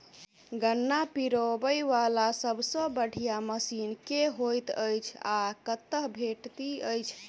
गन्ना पिरोबै वला सबसँ बढ़िया मशीन केँ होइत अछि आ कतह भेटति अछि?